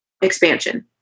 expansion